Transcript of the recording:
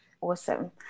awesome